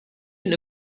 been